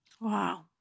Wow